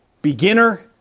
Beginner